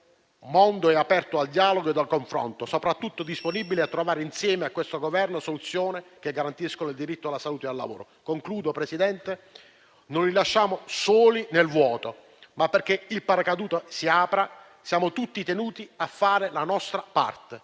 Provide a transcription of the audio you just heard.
mondo è aperto al dialogo e al confronto ed è soprattutto disponibile a trovare insieme a questo Governo soluzioni che garantiscano il diritto alla salute e al lavoro. Presidente, in conclusione, non li lasciamo soli nel vuoto, ma perché il paracadute si apra siamo tutti tenuti a fare la nostra parte;